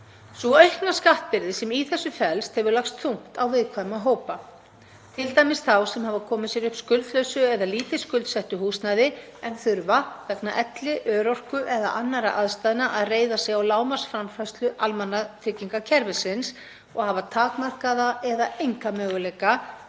Sú aukna skattbyrði sem í þessu felst hefur lagst þungt á viðkvæma hópa, t.d. þá sem hafa komið sér upp skuldlausu eða lítið skuldsettu húsnæði en þurfa, vegna elli, örorku eða annarra aðstæðna, að reiða sig á lágmarksframfærslu almannatryggingakerfisins og hafa takmarkaða eða enga möguleika